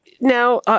Now